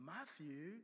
Matthew